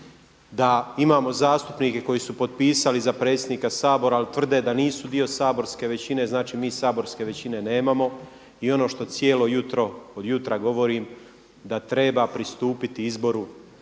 da imamo zastupnike koji su potpisali za predsjednika Sabora ali tvrde da nisu dio saborske većine, znači mi saborske većine nemamo. I ono što cijelo jutro od jutra govorim da treba pristupiti izboru